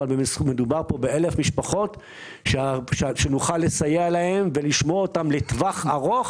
אבל מדובר פה ב-1,000 משפחות שנוכל לסייע להן ולשמור אותן לטווח ארוך,